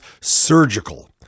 surgical